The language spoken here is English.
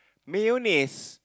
mayonnaise